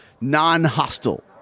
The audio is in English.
non-hostile